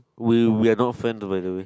we we are not friend by the way